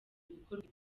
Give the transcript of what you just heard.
gukorwa